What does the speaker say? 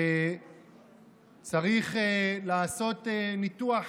שצריך לעשות ניתוח